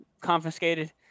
confiscated